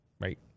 right